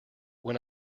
when